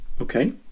Okay